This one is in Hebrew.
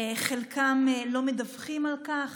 חלקם לא מדווחים על כך.